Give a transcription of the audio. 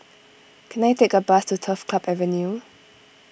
can I take a bus to Turf Club Avenue